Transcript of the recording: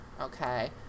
okay